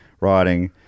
writing